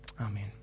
Amen